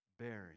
Bearing